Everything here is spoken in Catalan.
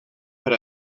per